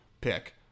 pick